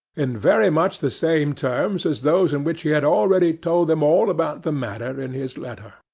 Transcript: in very much the same terms as those in which he had already told them all about the matter in his letter.